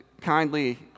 kindly